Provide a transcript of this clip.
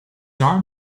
arm